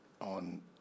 on